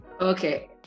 Okay